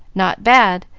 not bad.